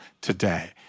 today